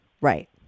Right